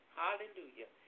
hallelujah